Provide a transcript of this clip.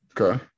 Okay